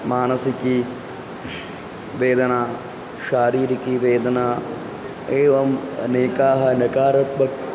मानसिकी वेदना शारीरिकीवेदना एवम् अनेकाः नकारात्मकाः